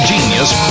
Genius